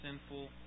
sinful